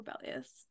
rebellious